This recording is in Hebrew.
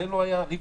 מעולם